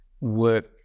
work